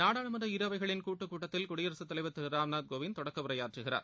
நாடாளுமன்ற இரு அவைகளின் கூட்டுக் கூட்டத்தில் குடியரசுத் தலைவர் திரு ராம்நாத் கோவிந்த் தொடக்க உரையாற்றுகிறார்